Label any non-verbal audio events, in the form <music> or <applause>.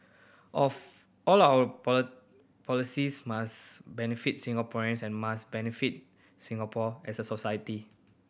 of all our <unintelligible> policies must benefit Singaporeans and must benefit Singapore as a society